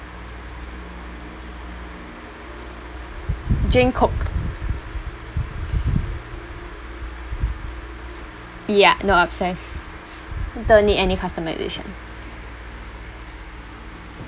drink coke ya no upsize don't need any customisation